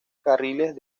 carriles